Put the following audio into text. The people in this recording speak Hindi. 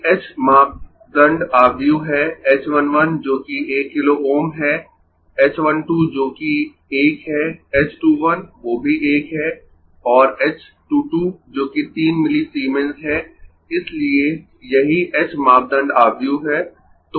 इसकी h मापदंड आव्यूह है h 1 1 जोकि 1 किलो Ω है h 1 2 जोकि 1 है h 2 1 वो भी 1 है और h 2 2 जोकि 3 मिलीसीमेंस है इसलिए यही h मापदंड आव्यूह है